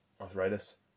arthritis